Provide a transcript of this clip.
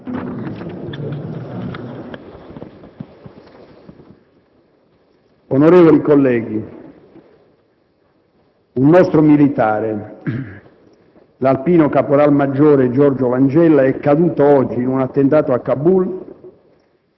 Onorevoli colleghi, un nostro militare, l'alpino caporal maggiore Giorgio Langella, è caduto oggi in un attentato a Kabul